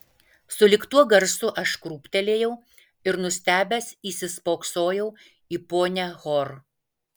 sulig tuo garsu aš krūptelėjau ir nustebęs įsispoksojau į ponią hor